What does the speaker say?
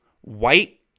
white